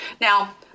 Now